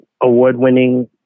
award-winning